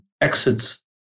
exits